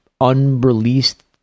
unreleased